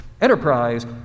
Enterprise